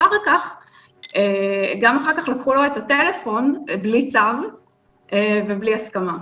גם אחר כך לקחו לו את הטלפון בלי צו ובלי הסכמה.